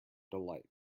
delight